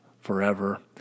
forever